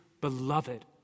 beloved